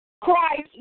Christ